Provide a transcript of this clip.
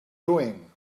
doing